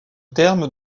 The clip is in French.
terme